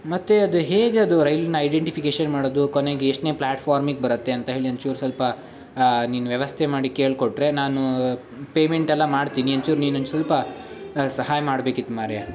ಮತ್ತು ಅದು ಹೇಗೆ ಅದು ರೈಲ್ನ ಐಡೆಂಟಿಫಿಕೇಷನ್ ಮಾಡೋದು ಕೊನೆಗೆ ಎಷ್ಟನೇ ಪ್ಲ್ಯಾಟ್ಫಾರ್ಮಿಗೆ ಬರುತ್ತೆ ಅಂತ ಹೇಳಿ ಒಂಚೂರು ಸ್ವಲ್ಪ ನೀನು ವ್ಯವಸ್ಥೆ ಮಾಡಿ ಕೇಳಿಕೊಟ್ರೆ ನಾನು ಪೇಮೆಂಟೆಲ್ಲ ಮಾಡ್ತೀನಿ ಒಂಚೂರು ನೀನೊಂದ್ ಸ್ವಲ್ಪ ಸಹಾಯ ಮಾಡ್ಬೇಕಿತ್ತು ಮಾರಾಯ